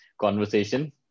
conversation